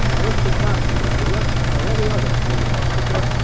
if the tax-gatherer, or any other public officer,